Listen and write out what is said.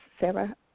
Sarah